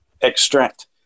extract